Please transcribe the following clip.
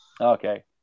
Okay